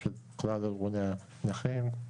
של כלל ארגוני הנכים.